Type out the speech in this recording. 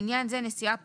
לעניין זה, "נסיעה פרטית"